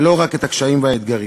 ולא רק את הקשיים והאתגרים.